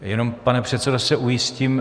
Jenom, pane předsedo, se ujistím.